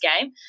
game